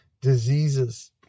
diseases